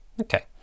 Okay